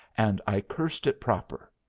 and i cursed it proper,